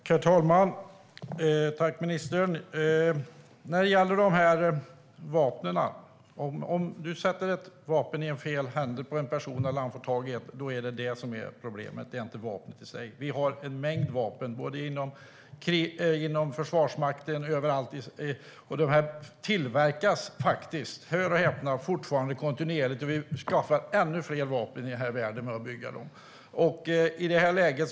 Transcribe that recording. Herr talman! Jag tackar ministern. Om man sätter ett vapen i händerna på fel person eller om han får tag i ett vapen på annat sätt är det detta som är problemet, inte vapnet i sig. Vi har en mängd vapen inom Försvarsmakten och på många andra håll. Och vapen tillverkas faktiskt, hör och häpna, fortfarande kontinuerligt. På så sätt skaffar vi ännu fler vapen till den här världen.